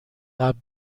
قبل